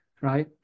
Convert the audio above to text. right